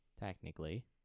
Technically